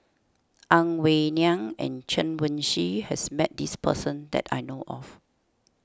Ang Wei Neng and Chen Wen Hsi has met this person that I know of